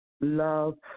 love